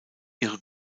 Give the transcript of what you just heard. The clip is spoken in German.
ihre